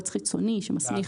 חיצוניים.